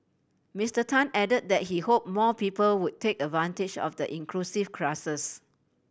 Mister Tan add that he hope more people would take advantage of the inclusive classes